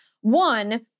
One